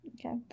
Okay